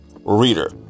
Reader